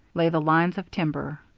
lay the lines of timber.